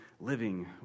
living